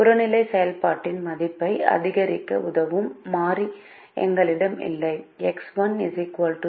புறநிலை செயல்பாட்டின் மதிப்பை அதிகரிக்க உதவும் மாறி எங்களிடம் இல்லை